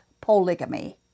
polygamy